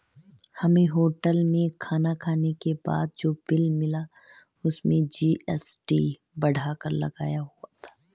हमें होटल में खाना खाने के बाद जो बिल मिला उसमें जी.एस.टी बढ़ाकर लगाया हुआ था